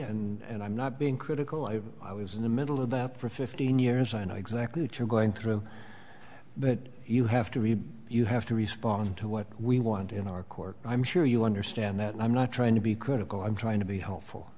and i'm not being critical i i was in the middle of that for fifteen years i know exactly what you're going through but you have to read you have to respond to what we want in our court i'm sure you understand that and i'm not trying to be critical i'm trying to be helpful